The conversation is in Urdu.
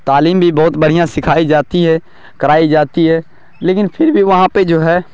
تعلیم بھی بہت بڑھیا سکھائی جاتی ہے کرائی جاتی ہے لیکن پھر بھی وہاں پہ جو ہے